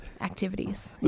activities